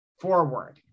forward